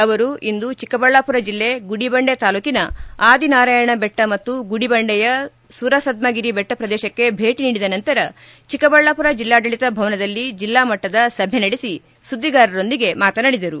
ಅವರು ಇಂದು ಚಿಕ್ಕಬಳ್ಳಾಪುರ ಜಿಲ್ಲೆ ಗುಡಿಬಂಡೆ ತಾಲೂಕಿನ ಆದಿನಾರಾಯಣ ದೆಟ್ಟ ಮತ್ತು ಗುಡಿಬಂಡೆಯ ಸುರಸದ್ಗಗಿರಿ ಬೆಟ್ಟ ಪ್ರದೇಶಕ್ಕೆ ಭೇಟಿ ನೀಡಿದ ನಂತರ ಚಿಕ್ಕಬಳ್ಳಾಪುರ ಜಿಲ್ಲಾಡಳತ ಭವನದಲ್ಲಿ ಜಿಲ್ಲಾ ಮಟ್ಟದ ಸಭೆ ನಡೆಸಿ ಸುದ್ದಿಗಾರರೊಂದಿಗೆ ಮಾತನಾಡಿದರು